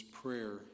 prayer